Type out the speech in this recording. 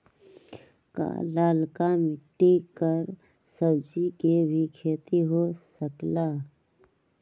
का लालका मिट्टी कर सब्जी के भी खेती हो सकेला?